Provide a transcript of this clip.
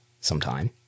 sometime